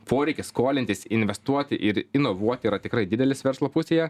poreikis skolintis investuoti ir inovuoti yra tikrai didelis verslo pusėje